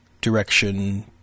direction